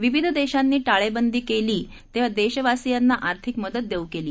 विविध देशांनी टाळेबंदी केली तेव्हा देशवासियांना आर्थिक मदत देऊ केली